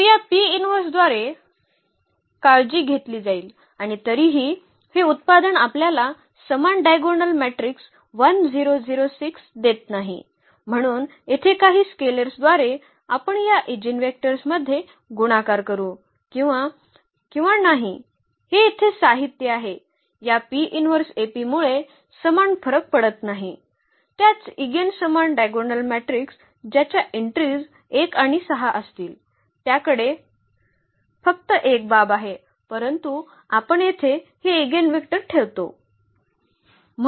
तर या P इन्व्हर्सद्वारे काळजी घेतली जाईल आणि तरीही हे उत्पादन आपल्याला समान डायगोनल मॅट्रिक्स 1 0 0 6 देत नाही म्हणून येथे काही स्केलेर्सद्वारे आपण या ईजीनवेक्टर्समध्ये गुणाकार करू किंवा नाही हे येथे साहित्य आहे या मुळे समान फरक पडत नाही त्याच इगेन समान डायगोनल मॅट्रिक्स ज्याच्या एन्ट्रीज 1 आणि 6 असतील त्याकडे फक्त एक बाब आहे परंतु आपण येथे हे इगेनवेक्टर ठेवतो